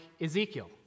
Ezekiel